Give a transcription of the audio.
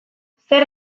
zer